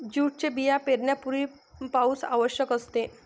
जूटचे बिया पेरण्यापूर्वी पाऊस आवश्यक असते